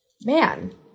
man